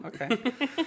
okay